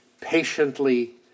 patiently